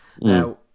now